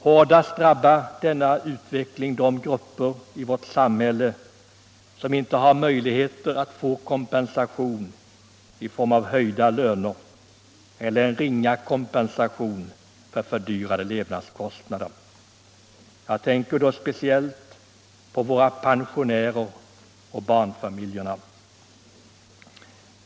Hårdast drabbar denna inflationsutveckling de grupper i vårt samhälle som inte har möjligheter att få kompensation i form av höjda löner eller som kan få endast en ringa kompensation för fördyrade levnadsomkostnader. Jag tänker då speciellt på våra pensionärer och på barnfamiljerna.